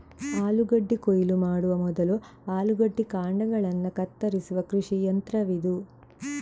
ಆಲೂಗೆಡ್ಡೆ ಕೊಯ್ಲು ಮಾಡುವ ಮೊದಲು ಆಲೂಗೆಡ್ಡೆ ಕಾಂಡಗಳನ್ನ ಕತ್ತರಿಸುವ ಕೃಷಿ ಯಂತ್ರವಿದು